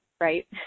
right